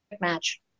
match